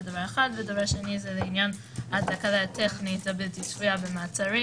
ודבר שני זה לעניין התקלה הטכנית הבלתי צפויה במעצרים.